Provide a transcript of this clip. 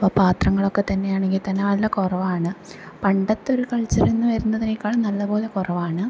അപ്പോൾ പാത്രങ്ങളൊക്കെ തന്നെയാണെങ്കിൽ തന്നെ വളരെ കുറവാണ് പണ്ടത്തെ ഒരു കൾച്ചറിൽ നിന്ന് വരുന്നതിനെക്കാൾ നല്ലപോലെ കുറവാണ്